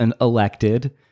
elected